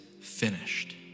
finished